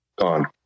gone